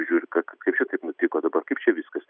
žiūri kad čia taip nutiko dabar kaip čia viskas